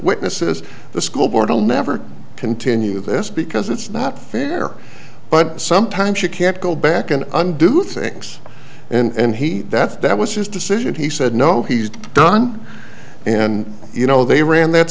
witnesses the school board will never continue this because it's not fair but sometimes you can't go back and undo things and he that's that was his decision he said no he's done and you know they ran that